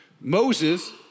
Moses